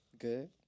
good